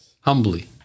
humbly